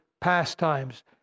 pastimes